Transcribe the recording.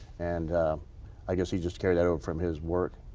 and i guess he just carried that over from his work.